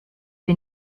wir